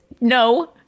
No